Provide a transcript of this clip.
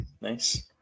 Nice